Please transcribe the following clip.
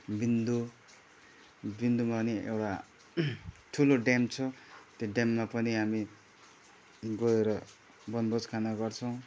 बिन्दु बिन्दुमा पनि एउटा ठुलो ड्याम छ त्यो ड्याममा पनि हामी गएर बनभोज खाने गर्छौँ